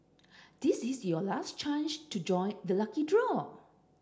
this is your last chance to join the lucky draw